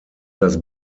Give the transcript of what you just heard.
das